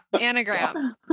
anagram